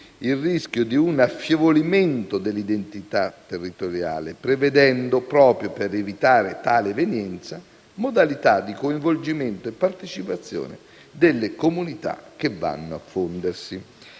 il rischio di un affievolimento dell'identità territoriale, prevedendo, proprio per evitare tale evenienza, modalità di coinvolgimento e partecipazione delle comunità che vanno a fondersi.